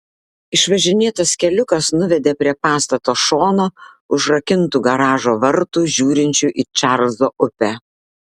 išvažinėtas keliukas nuvedė prie pastato šono užrakintų garažo vartų žiūrinčių į čarlzo upę